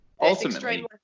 ultimately